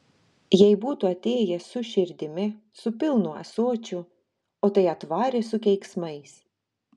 jei būtų atėjęs su širdimi su pilnu ąsočiu o tai atvarė su keiksmais